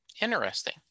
Interesting